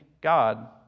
God